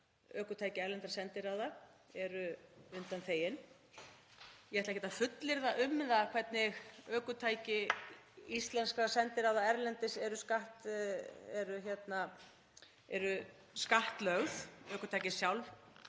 ökutæki erlendra sendiráða eru undanþegin. Ég ætla ekkert að fullyrða um það hvernig ökutæki íslenskra sendiráða erlendis eru skattlögð. Ökutækin sjálf